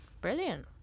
Brilliant